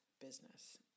business